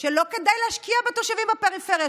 שלא כדאי להשקיע בתושבים בפריפריה,